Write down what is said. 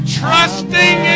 trusting